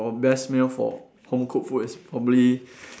the best meal for home cooked food is probably